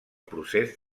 procés